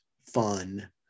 fun